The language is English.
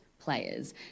players